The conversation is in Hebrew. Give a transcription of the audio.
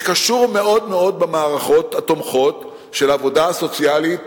זה קשור מאוד מאוד במערכות התומכות של העבודה הסוציאליות